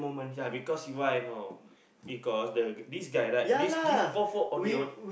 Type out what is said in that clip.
ya because why know because the these guy right these these four four Ondeh-Ondeh